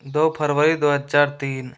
दो फरवरी दो हज़ार तीन